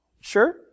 sure